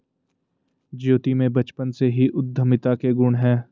ज्योति में बचपन से ही उद्यमिता के गुण है